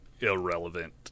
irrelevant